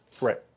Right